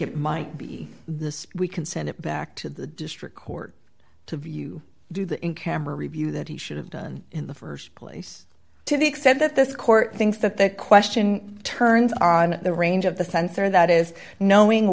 it might be this we can send it back to the district court to view do that in camera review that he should have done in the st place to the extent that this court thinks that the question turns on the range of the sensor that is knowing